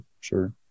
sure